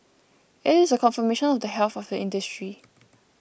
it is a confirmation of the health of the industry